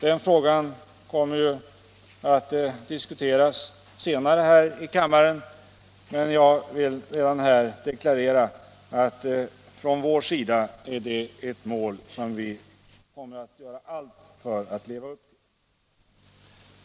Den frågan kommer att diskuteras senare i kammaren, men jag vill redan nu deklarera att vi från vår sida kommer att göra allt för att uppnå det målet.